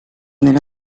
nella